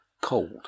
cold